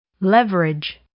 Leverage